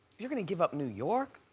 you're gonna give up new york?